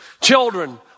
children